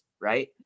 right